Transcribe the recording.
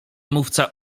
mówca